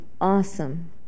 awesome